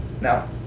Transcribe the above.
now